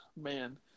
Man